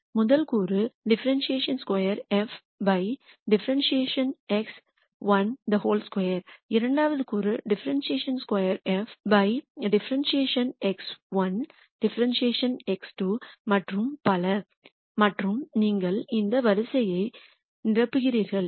முதல் கூறு ∂2 f ∂x12 இரண்டாவது கூறு ∂2 f ∂x1 ∂x2 மற்றும் பல மற்றும் நீங்கள் இந்த வரிசையை நிரப்புகிறீர்கள்